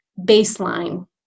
baseline